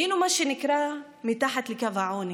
היינו, מה שנקרא, מתחת לקו העוני,